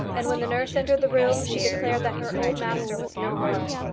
and when the nurse entered the room she declared that her old master was no more.